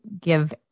give